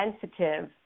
sensitive